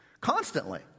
constantly